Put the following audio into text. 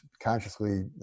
consciously